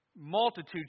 Multitudes